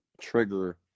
trigger